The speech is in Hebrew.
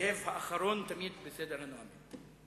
הזאב האחרון תמיד בסדר הנואמים.